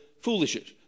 foolishness